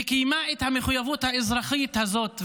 וקיימה את המחויבות האזרחית הזאת.